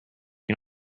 can